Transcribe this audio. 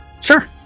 Sure